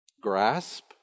grasp